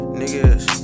niggas